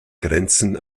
grenzen